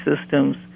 systems